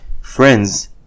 friends